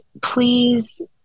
Please